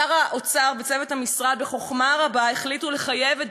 שר האוצר וצוות המשרד בחוכמה רבה החליטו לחייב את